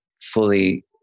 fully